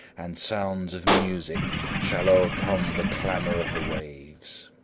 and sounds of music shall o'ercome the clamor of the waves!